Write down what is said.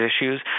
issues